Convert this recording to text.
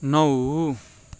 नौ